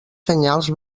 senyals